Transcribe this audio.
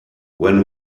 when